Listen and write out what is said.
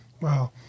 Wow